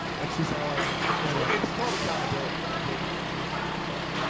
that's just how i am. i know it's called accountability and i'm taking it so